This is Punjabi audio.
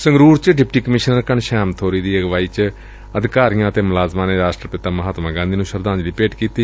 ਸੰਗਰੂਰ ਚ ਡਿਪਟੀ ਕਮਿਸ਼ਨਰ ਘਣਸ਼ਿਆਮ ਬੋਰੀ ਦੀ ਅਗਵਾਈ ਚ ਅਧਿਕਾਰੀਆਂ ਅਤੇ ਮੁਲਾਜ਼ਮਾਂ ਨੇ ਰਾਸ਼ਟਰ ਪਿਤਾ ਮਹਾਤਮਾ ਗਾਂਧੀ ਨੂੰ ਸ਼ਰਧਾਂਜਲੀ ਭੇਟ ਕੀਤੀ